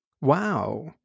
Wow